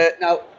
now